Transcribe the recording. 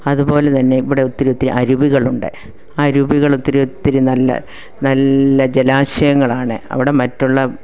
അതുപോലെ തന്നെ ഇവിടെ ഒത്തിരി ഒത്തിരി അരുവികളുണ്ട് അരുവികൾ ഒത്തിരി ഒത്തിരി നല്ല നല്ല ജലാശയങ്ങളാണ് അവിടെ മറ്റുള്ള